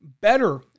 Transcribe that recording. better